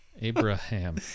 abraham